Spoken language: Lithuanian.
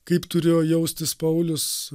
kaip turėjo jaustis paulius